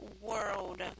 world